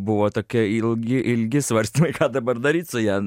buvo tokia ilgi ilgi svarstymai ką dabar daryt su ja